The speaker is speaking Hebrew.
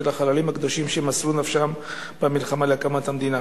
החללים הקדושים שמסרו נפשם במלחמה להקמת המדינה.